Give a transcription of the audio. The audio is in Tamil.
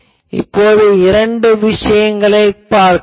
இப்போது இரண்டு விஷயங்களைப் பார்க்கலாம்